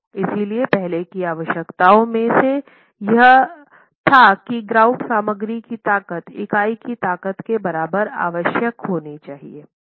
इसलिए पहले की आवश्यकताओं में से एक यह था कि ग्राउट सामग्री की ताकत इकाई की ताकत के बराबर अवश्य होनी चाहिए